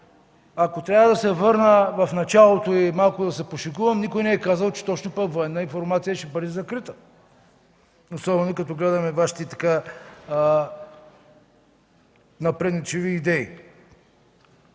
Ако трябва да се върна в началото и малко да се пошегувам, никой не е казал, че точно „Военна информация” ще бъде закрита. Особено като гледам и Вашите напредничави идеи.